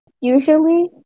Usually